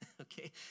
Okay